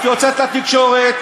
את יוצאת לתקשורת,